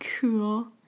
Cool